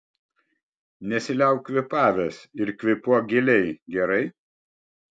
nesiliauk kvėpavęs ir kvėpuok giliai gerai